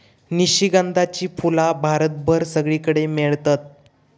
निशिगंधाची फुला भारतभर सगळीकडे मेळतत